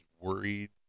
worried